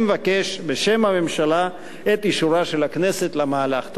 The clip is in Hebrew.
אני מבקש, בשם הממשלה, את אישורה של הכנסת למהלך.